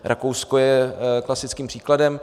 Rakousko je klasickým příkladem.